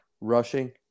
Rushing